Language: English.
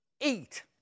eat